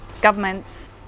governments